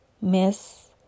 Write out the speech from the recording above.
Miss